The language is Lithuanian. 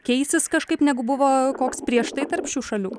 keisis kažkaip negu buvo koks prieš tai tarp šių šalių